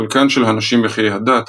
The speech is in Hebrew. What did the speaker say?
חלקן של הנשים בחיי הדת,